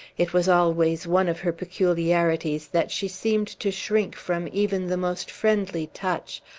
it was always one of her peculiarities that she seemed to shrink from even the most friendly touch,